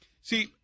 See